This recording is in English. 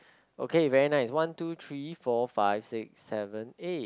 okay very nice one two three four five six seven eight